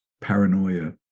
paranoia